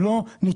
אם לא נתעורר,